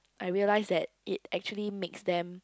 I realize that it actually makes them